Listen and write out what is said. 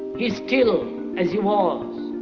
is still as he was.